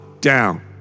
down